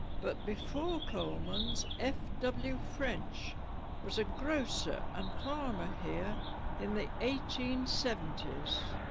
but before coleman's f w french was a grocer and farmer here in the eighteen seventy s